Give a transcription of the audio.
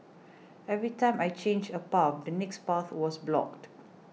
every time I changed a path the next path was blocked